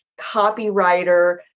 copywriter